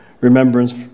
remembrance